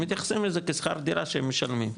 מתייחסים לזה כשכר דירה שהם משלמים.